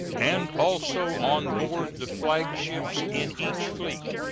and also on board the flagships in each fleet.